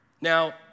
Now